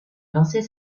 lancer